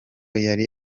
yari